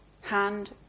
hand